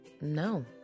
no